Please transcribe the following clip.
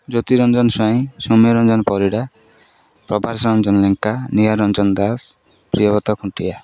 Jyotiranjan Swain Soumyaranjan Parida Prabhas Ranjan Lenka Nihar Ranjan Das Priyabrata Khuntia